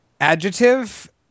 adjective